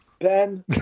Ben